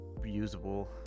reusable